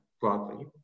broadly